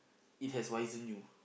it has wisen you